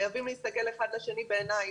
חייבים להסתכל אחד לשני בעיניים.